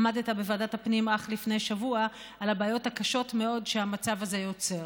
עמדת בוועדת הפנים אך לפני שבוע על הבעיות הקשות מאוד שהמצב הזה יוצר.